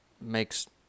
makes